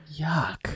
Yuck